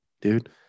dude